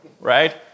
right